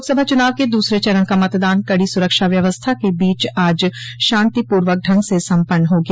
लोकसभा चुनाव के दूसरे चरण का मतदान कड़ी सुरक्षा व्यवस्था के बीच आज शांतिपूर्वक ढंग से सम्पन्न हो गया